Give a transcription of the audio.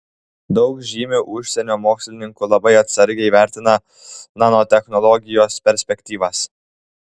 daug žymių užsienio mokslininkų labai atsargiai vertina nanotechnologijos perspektyvas